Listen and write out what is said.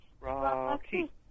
Rocky